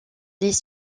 les